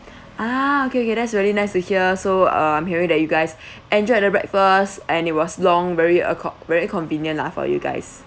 ah okay okay that's very nice to hear so um I'm hearing that you guys enjoy the breakfast and it was long very a very convenient lah for you guys